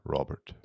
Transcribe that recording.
Robert